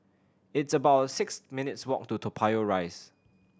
it's about six minutes' walk to Toa Payoh Rise